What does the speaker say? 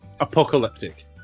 apocalyptic